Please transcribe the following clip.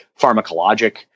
pharmacologic